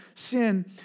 sin